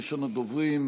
ראשון הדוברים,